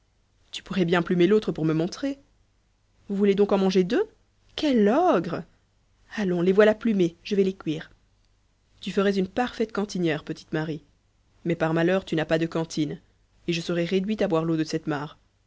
tu pourrais bien plumer l'autre pour me montrer vous voulez donc en manger deux quel ogre allons les voilà plumées je vais les cuire tu ferais une parfaite cantinière petite marie mais par malheur tu n'as pas de cantine et je serai réduit à boire l'eau de cette mare